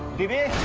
didn't